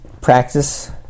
Practice